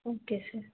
okay sir